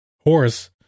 horse